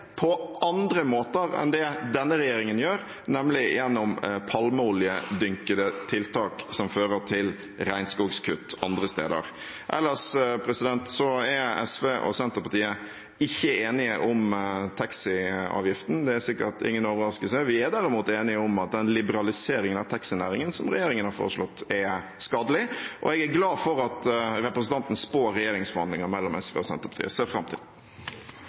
på andre måter enn under denne regjeringen, som gjør palmeoljedynkede tiltak som fører til regnskogskutt andre steder. Ellers er SV og Senterpartiet ikke enige om taxiavgiften. Det er sikkert ingen overraskelse. Vi er derimot enige om at den liberaliseringen av taxinæringen som regjeringen har foreslått, er skadelig. Jeg er glad for at representanten spår regjeringsforhandlinger mellom SV og Senterpartiet. Jeg ser fram til